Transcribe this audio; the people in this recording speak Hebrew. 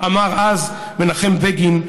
אמר אז מנחם בגין,